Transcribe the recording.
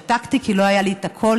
שתקתי כי לא היה לי את הקול,